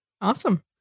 Awesome